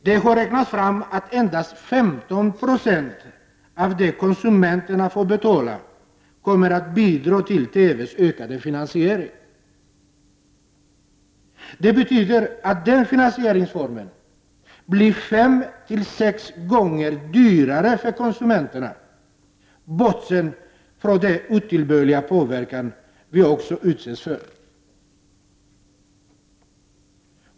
Det har räknats fram att endast 15 260 av det konsumenterna får betala kommer att bidra till TV:s ökade finansiering. Det betyder att den finansieringsformen blir fem-sex gånger dyrare för konsumenterna, bortsett från den otillbörliga påverkan vi också utsätts för.